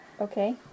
Okay